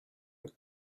that